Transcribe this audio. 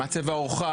מה צבע עורך,